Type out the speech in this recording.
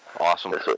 Awesome